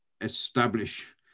establish